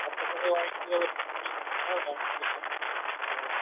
வாங்கி ம்